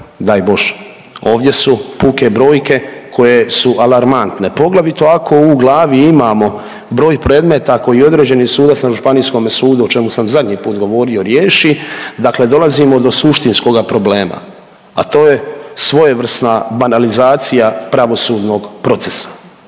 daj Bože, ovdje su puke brojke koje su alarmantne, poglavito ako u glavi imamo broj predmeta koji određeni sudac na županijskome sudu, o čemu sam zadnji put govorio, riješi, dakle dolazimo do suštinskoga problema, a to je svojevrsna banalizacija pravosudnog procesa.